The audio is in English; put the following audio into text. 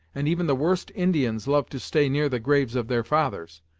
and even the worst indians love to stay near the graves of their fathers.